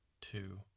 two